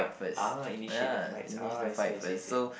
ah initiate the fights ah I see I see I see